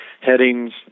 headings